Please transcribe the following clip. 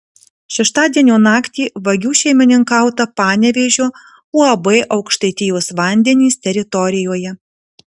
šeštadienio naktį vagių šeimininkauta panevėžio uab aukštaitijos vandenys teritorijoje